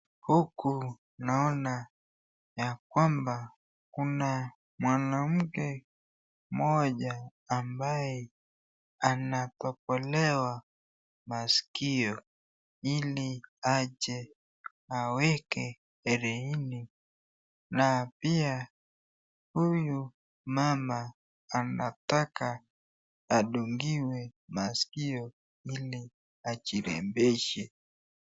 Huku naona ya kwamba kuna mwanamke moja ambaye ana tombolewa masikio, hili aje aweke heriini na pia huyu mama anataka atungiwe masikio hili ajirembeshe.